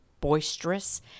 boisterous